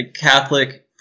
Catholic